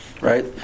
Right